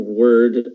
word